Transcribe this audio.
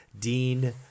Dean